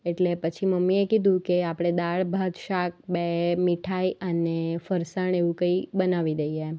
એટલે પછી મમ્મીએ કીધું કે આપણે દાળ ભાત શાક બે મીઠાઈ અને ફરસાણ એવું કંઈ બનાવી દઈએ એમ